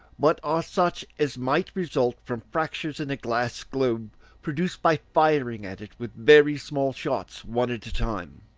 but are such as might result from fractures in a glass globe produced by firing at it with very small shots one at a time.